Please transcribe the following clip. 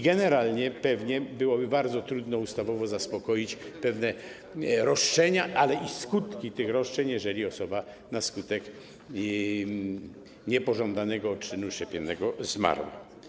Generalnie pewnie byłoby bardzo trudno ustawowo zaspokoić pewne roszczenia, ale i skutki tych roszczeń, jeżeli osoba na skutek niepożądanego odczynu poszczepiennego zmarła.